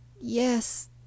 Yes